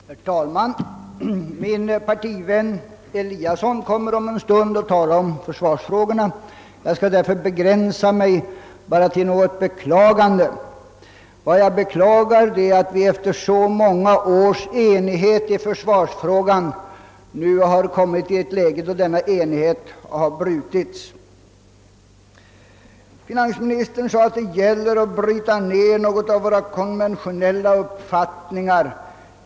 Herr talman! Min partivän herr Elias son i Sundborn kommer om en stund att tala om försvarsfrågan. Jag skall därför begränsa mig till ett beklagande av att efter så många års enighet i försvarsfrågan denna enighet nu har brutits. Finansministern sade att det gäller att slå ned en del konventionella uppfattningar.